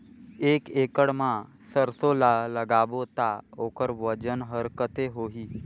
एक एकड़ मा सरसो ला लगाबो ता ओकर वजन हर कते होही?